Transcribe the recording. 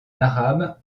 arabe